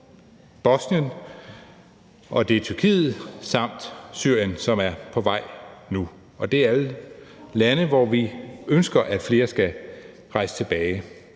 Bosnien, Tyrkiet og Syrien, som er på vej nu. Det er alle lande, som vi ønsker at flere skal rejse tilbage